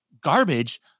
garbage